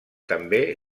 també